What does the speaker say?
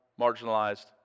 marginalized